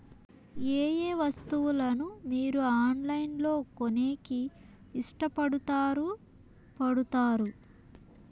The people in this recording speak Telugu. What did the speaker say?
ఏయే వస్తువులను మీరు ఆన్లైన్ లో కొనేకి ఇష్టపడుతారు పడుతారు?